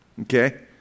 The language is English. okay